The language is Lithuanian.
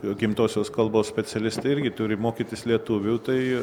gimtosios kalbos specialistai irgi turi mokytis lietuvių tai